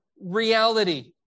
reality